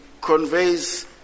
conveys